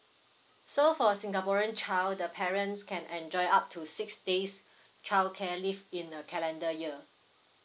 so for a singaporean child the parents can enjoy up to six days childcare leave in a calendar year